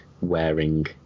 wearing